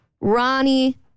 Ronnie